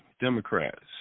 Democrats